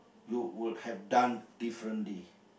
you would have done differently